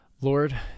Lord